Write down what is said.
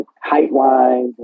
height-wise